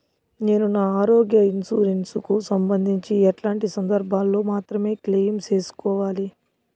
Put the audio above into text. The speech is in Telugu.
నేను నా ఆరోగ్య ఇన్సూరెన్సు కు సంబంధించి ఎట్లాంటి సందర్భాల్లో మాత్రమే క్లెయిమ్ సేసుకోవాలి?